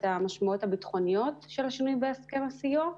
המשמעויות הביטחוניות של השינויים בהסכם הסיוע.